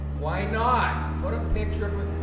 why not put a picture of her?